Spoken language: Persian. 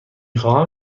خواهم